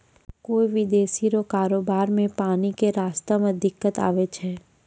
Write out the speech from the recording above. कोय विदेशी रो कारोबार मे पानी के रास्ता मे दिक्कत आवै छै